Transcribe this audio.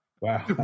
Wow